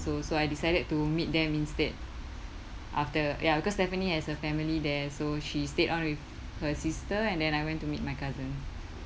so so I decided to meet them instead after ya because stephanie has a family there so she stayed on with her sister and then I went to meet my cousin